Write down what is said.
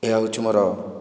ଏହା ହେଉଛି ମୋର